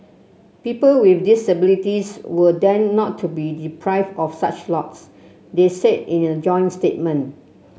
people with disabilities will then not be deprived of such lots they said in a joint statement